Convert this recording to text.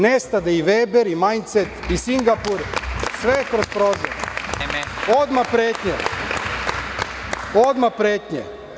Nestade i Veber i majice, i Singapur, sve kroz prozor. (Predsednik: Vreme.) Odmah pretnje.